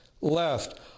left